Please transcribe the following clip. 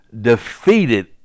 defeated